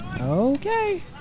Okay